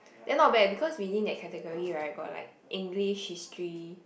that not bad because within that category right got like English History